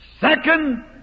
second